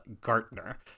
Gartner